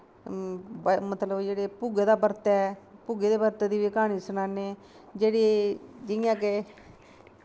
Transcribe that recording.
मतलव जेह्ड़ा भुग्गे दा बर्त ऐ भुग्गे दे बर्ते दी बी क्हानी सनाने जेह्ड़ी जियां के